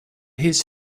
his